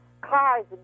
cars